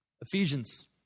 Ephesians